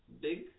Big